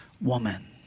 woman